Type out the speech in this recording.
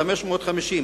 550,